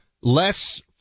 less